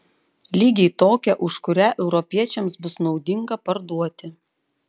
lygiai tokią už kurią europiečiams bus naudinga parduoti